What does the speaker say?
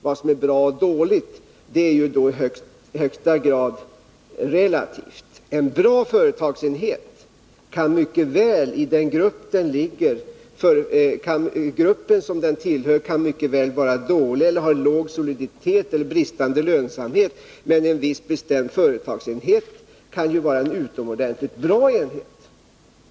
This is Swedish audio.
Vad som är bra eller dåligt är i högsta grad relativt. En bra företagsenhet kan mycket väl tillhöra en grupp med mycket låg soliditet eller bristande lönsamhet. En viss bestämd företagsenhet kan ju vara en utomordentligt bra enhet.